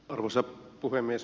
arvoisa puhemies